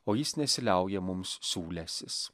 o jis nesiliauja mums siūlęsis